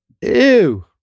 ew